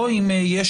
גם אם את גוף זכאי,